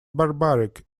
barbaric